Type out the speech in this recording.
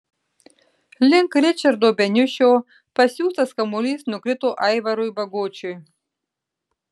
link ričardo beniušio pasiųstas kamuolys nukrito aivarui bagočiui